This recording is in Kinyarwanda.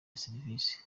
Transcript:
serivisi